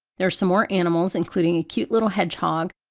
there are some more animals including a cute little hedgehog,